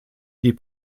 die